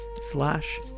slash